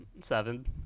seven